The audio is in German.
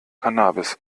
cannabis